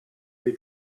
who